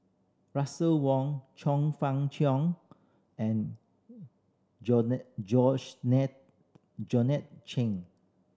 Russel Wong Chong Fah Cheong and Georgette Chen